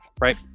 right